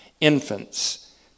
infants